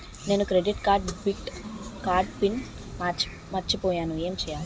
నేను credit card debit card pin మర్చిపోయేను ఎం చెయ్యాలి?